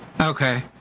okay